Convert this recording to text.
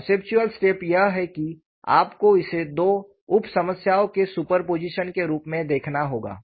conceptual step यह है कि आपको इसे दो उप समस्याओं के सुपरपोजिशन के रूप में देखना होगा